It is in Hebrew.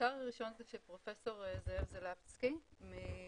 המחקר הראשון הוא של פרופ' זאב זלפסקי מאונ'